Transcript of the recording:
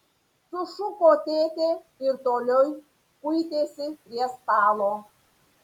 sušuko tėtė ir toliau kuitėsi prie stalo